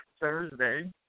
Thursday